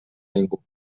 ningú